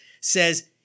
says